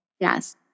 Yes